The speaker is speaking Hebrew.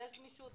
ויש גמישות,